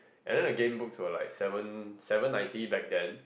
and then the game books were like seven seven ninety back then